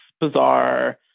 bizarre